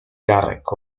garreg